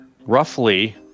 Roughly